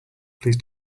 please